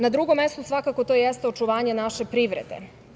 Na drugom mestu svakako to jeste očuvanje naše privrede.